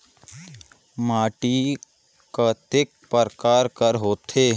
माटी कतेक परकार कर होथे?